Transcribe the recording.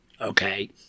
Okay